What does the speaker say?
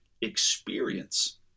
experience